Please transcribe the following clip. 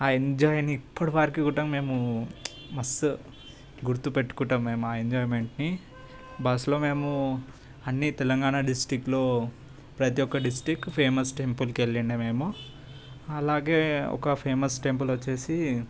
ఆ ఎంజాయ్ని ఇప్పటివరకు కూడా మేము మస్తు గుర్తుపెట్టుకుంటాం మేము ఆ ఎంజాయ్మెంట్ని బస్సులో మేము అన్ని తెలంగాణ డిస్టిక్లో ప్రతి ఒక్క డిస్టిక్ ఫేమస్ టెంపుల్కి వెళ్ళిండే మేము అలాగే ఒక ఫేమస్ టెంపుల్ వచ్చేసి